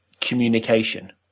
communication